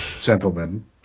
gentlemen